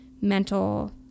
mental